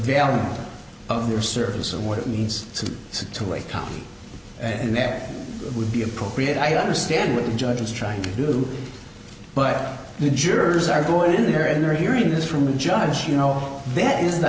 value of their service and what it means to say to a company and that would be appropriate i understand what the judge is trying to do but the jurors are going in there and they're hearing this from the judge you know this is the